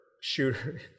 Shooter